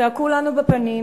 צעקו לנו בפנים: